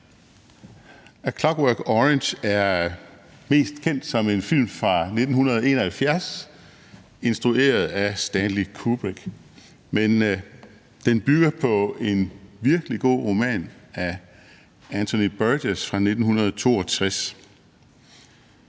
»A Clockwork Orange« er mest kendt som en film fra 1971 instrueret af Stanley Kubrick, men den bygger på en virkelig god roman af Anthony Burgess fra 1962.